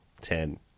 ten